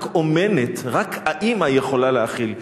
רק אומנת, רק האמא יכולה להאכיל.